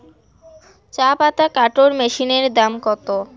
চাপাতা কাটর মেশিনের দাম কত?